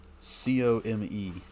c-o-m-e